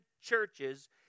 churches